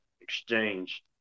exchange